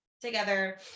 together